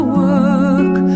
work